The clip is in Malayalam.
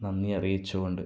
നന്ദിയറിയിച്ചു കൊണ്ട്